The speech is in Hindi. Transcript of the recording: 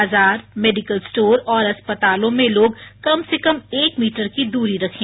बाजार मेडिकल स्टोर और अस्पतालों में लोग कम से कम एक मीटर की दूरी रखें